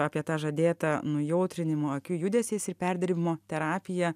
apie tą žadėtą nujautrinimo akių judesiais ir perdirbimo terapiją